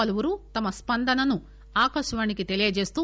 పలువురు తమ స్పందనను ఆకాశవాణికి తెలియచేస్తూ